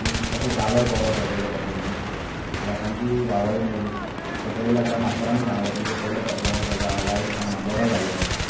आनी तसो जालोय बरो तो पयलो पर्फोर्मन्स लोकांची वा वाय मेळ्ळी सकयल येयल्या उपरांत मास्तरानूय सांगलें तुमचो पयलो पर्फोर्मन्स आसा वायट जावंक ना बरो जालो